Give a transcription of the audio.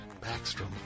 Backstrom